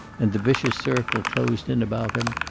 and the vicious circle closed in about him,